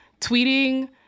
tweeting